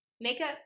makeup